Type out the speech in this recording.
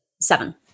seven